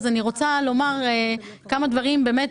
אז אני רוצה לומר כמה דברים באמת